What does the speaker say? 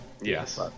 Yes